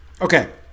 Okay